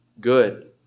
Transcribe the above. Good